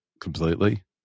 completely